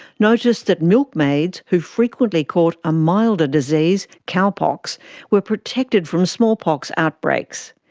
noticed that milkmaids, who frequently caught a milder disease cowpox were protected from smallpox outbreaks.